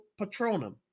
Patronum